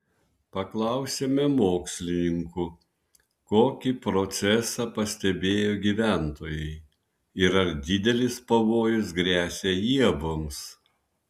paklausėme mokslininkų kokį procesą pastebėjo gyventojai ir ar didelis pavojus gresia ievoms